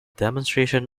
demonstration